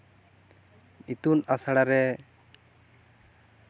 ᱤᱛᱩᱱ ᱟᱥᱲᱟ ᱨᱮ